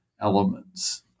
elements